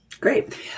Great